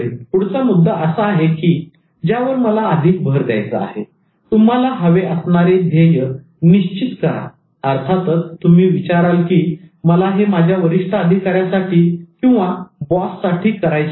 पुढचा मुद्दा असा आहे ज्यावर मला अधिक भर द्यायचा आहे तुम्हाला हवे असणारे ध्येय निश्चित करा अर्थातच तुम्ही विचाराल की मला हे माझ्या वरिष्ठ अधिकाऱ्यांसाठी बॉस साठी करायचे नाही